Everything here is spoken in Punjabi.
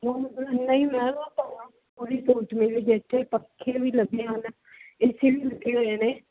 ਨਹੀ ਮੈਮ ਉਹ ਪਹਿਲਾਂ ਪੂਰੀ ਸਹੂਲਤ ਮਿਲੇਗੀ ਇੱਥੇ ਪੱਖੇ ਵੀ ਲੱਗੇ ਹਨ ਏ ਸੀ ਵੀ ਲੱਗੇ ਹੋਏ ਨੇ